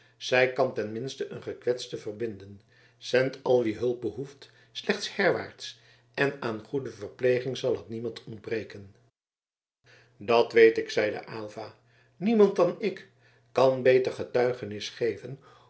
kan ten minste een gekwetste verbinden zend al wie hulp behoeft slechts herwaarts en aan goede verpleging zal het niemand ontbreken dat weet ik zeide aylva niemand dan ik kan beter getuigenis geven